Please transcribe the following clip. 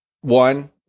one